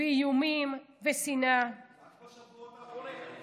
ואיומים ושנאה, רק בשבועות האחרונים?